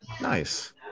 nice